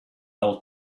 old